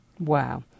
Wow